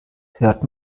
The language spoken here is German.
hört